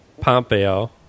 pompeo